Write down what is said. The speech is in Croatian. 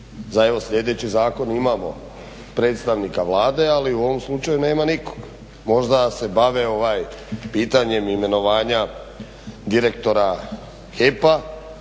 evo sljedeći zakon imamo predstavnika Vlade, ali u ovom slučaju nema nikog. Možda se bave pitanjem imenovanja direktora HEP-a